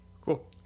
Cool